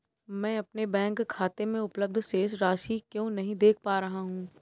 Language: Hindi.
मैं अपने बैंक खाते में उपलब्ध शेष राशि क्यो नहीं देख पा रहा हूँ?